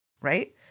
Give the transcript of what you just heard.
right